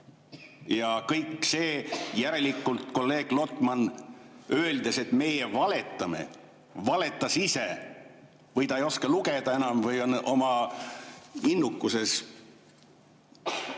pikendatud. Järelikult kolleeg Lotman, öeldes, et meie valetame, valetas ise. Või ta ei oska lugeda enam või on oma innukuses